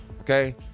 okay